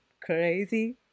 crazy